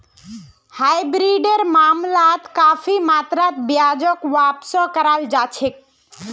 हाइब्रिडेर मामलात काफी मात्रात ब्याजक वापसो कराल जा छेक